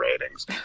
ratings